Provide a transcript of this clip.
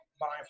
buying